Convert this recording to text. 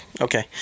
okay